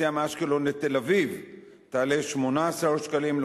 נסיעה מאשקלון לתל-אביב תעלה 18 שקלים,